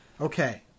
Okay